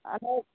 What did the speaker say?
आणि